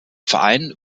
verein